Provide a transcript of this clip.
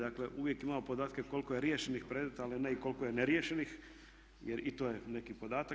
Dakle, uvijek imamo podatke koliko je riješenih predmeta, ali ne i koliko je neriješenih jer i to je neki podatak.